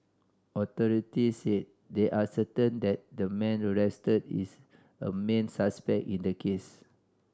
authorities said they are certain that the man arrested is a main suspect in the case